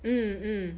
mm mm